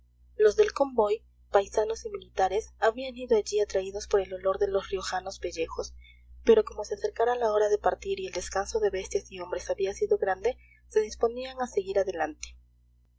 los del convoy paisanos y militares habían ido allí atraídos por el olor de los riojanos pellejos pero como se acercara la hora de partir y el descanso de bestias y hombres había sido grande se disponían a seguir adelante